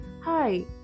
hi